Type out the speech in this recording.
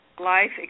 Life